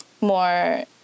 more